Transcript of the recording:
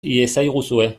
iezaguzue